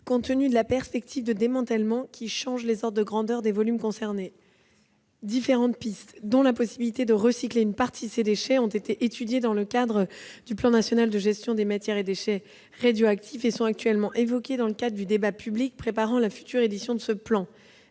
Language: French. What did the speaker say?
faible activité, la perspective du démantèlement des installations nucléaires changeant les ordres de grandeur des volumes concernés. Différentes pistes, dont celle de recycler une partie de ces déchets, ont été étudiées dans le cadre du plan national de gestion des matières et déchets radioactifs et sont actuellement évoquées dans le cadre du débat public préparant la future édition de ce plan.